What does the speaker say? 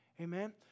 Amen